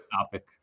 topic